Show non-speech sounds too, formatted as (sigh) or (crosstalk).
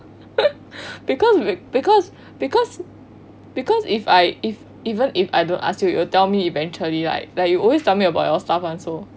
(laughs) because because because because if I if even if I don't ask you you will tell me eventually right like you always tell me about your stuff [one] also